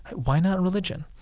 why not religion?